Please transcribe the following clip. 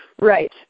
Right